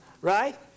Right